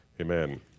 amen